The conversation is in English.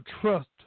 trust